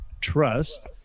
trust